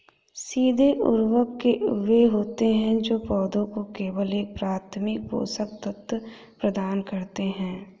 सीधे उर्वरक वे होते हैं जो पौधों को केवल एक प्राथमिक पोषक तत्व प्रदान करते हैं